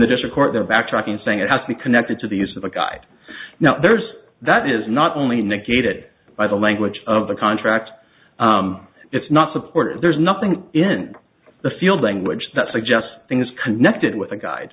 the district court they're backtracking saying it has to be connected to the use of a guide now there's that is not only negated by the language of the contract it's not supported there's nothing in the field language that suggests things connected with a guide